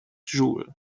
joule